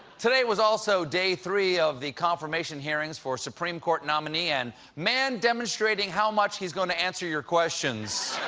today was also day three of the confirmation hearings for supreme court nominee and man demonstrating how much he's going to answer your questions,